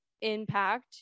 impact